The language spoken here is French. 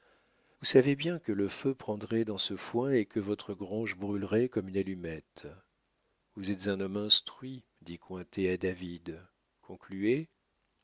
vous savez bien que le feu prendrait dans ce foin et que votre grange brûlerait comme une allumette vous êtes un homme instruit dit cointet à david concluez